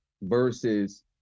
versus